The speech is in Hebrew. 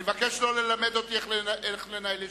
אני מבקש לא ללמד אותי איך לנהל ישיבות.